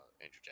Andrew